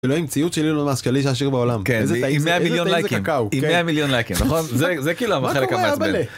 ‫אלוהים, ציוץ של אילון מאסק ‫האיש העשיר בעולם. ‫איזה טעים זה, איזה טעים זה קקאו. ‫-עם 100 מיליון לייקים. ‫עם 100 מיליון לייקים, נכון? ‫זה כאילו המחלק המעצבן.